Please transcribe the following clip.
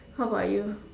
how about you